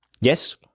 Yes